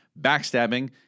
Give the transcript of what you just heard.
backstabbing